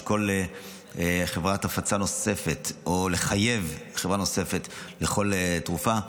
לשקול חברת הפצה נוספת או לחייב חברה נוספת לכל תרופה.